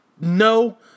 No